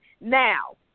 Now